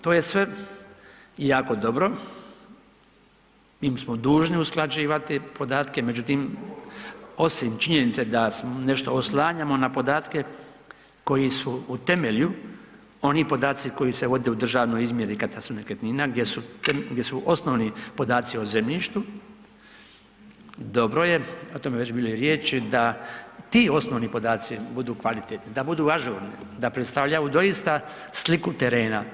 To je sve jako dobro i mi smo dužni usklađivati podatke, međutim osim činjenice da se nešto oslanjamo na podatke koji su u temelju oni podaci koji se vode u državnoj izmjeri i katastru nekretnina gdje su osnovni podaci o zemljištu dobro je, o tome je već bilo riječi da ti osnovni podaci budu kvalitetni, da predstavljaju doista sliku terena.